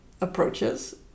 approaches